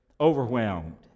Overwhelmed